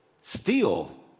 steal